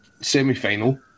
semi-final